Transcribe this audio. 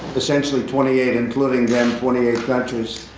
essentially, twenty eight, including them, twenty eight countries.